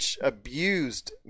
abused